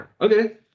Okay